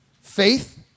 Faith